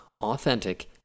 authentic